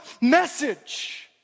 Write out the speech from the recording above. message